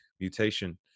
mutation